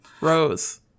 Rose